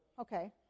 Okay